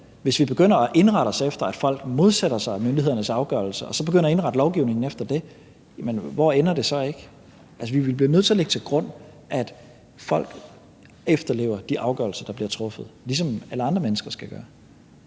Hvis vi begynder at indrette os efter, at folk modsætter sig myndighedernes afgørelser, og altså begynder at indrette lovgivningen efter det, hvor ender det så ikke? Altså, vi bliver nødt til at lægge til grund, at folk efterlever de afgørelser, der bliver truffet, ligesom alle andre mennesker skal gøre.